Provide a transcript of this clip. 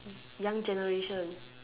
young generation